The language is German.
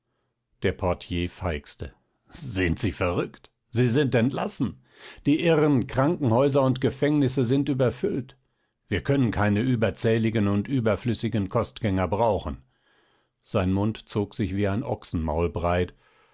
der portier feixte sind sie verrückt sie sind entlassen die irren krankenhäuser und gefängnisse sind überfüllt wir können keine überzähligen und überflüssigen kostgänger brauchen sein mund zog sich wie ein ochsenmaul breit